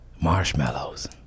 Marshmallows